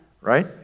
Right